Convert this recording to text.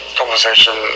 conversation